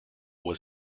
was